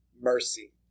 mercy